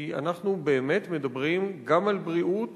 כי אנחנו באמת מדברים גם על בריאות